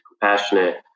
compassionate